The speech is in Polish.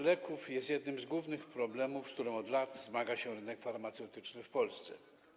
leków jest jednym z głównych problemów, z którymi od lat zmaga się rynek farmaceutyczny w Polsce.